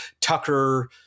Tucker